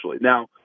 Now